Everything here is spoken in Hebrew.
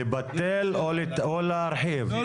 לבטל או להרחיב?